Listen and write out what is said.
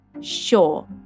Sure